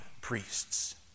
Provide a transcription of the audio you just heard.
priests